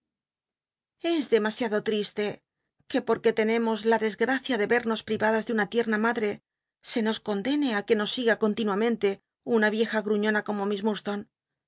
bs demasiado triste que porque tenemos la desgracia de vernos privadas de una tierflil madre se nos condene ü que nos siga continuamente una vieja gruiíona co